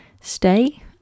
stay